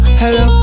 hello